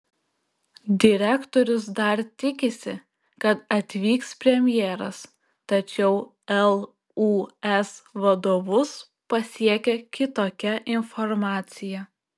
direktorius dar tikisi kad atvyks premjeras tačiau lūs vadovus pasiekė kitokia informacija